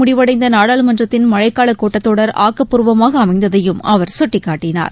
முடிவடைந்த நாடாளுமன்றத்தின் மழைக்கூட்டத் கொடர் ஆக்கப்பூர்வமாக அன்மையில் அமைந்ததையும் அவர் சுட்டிக்காட்டினார்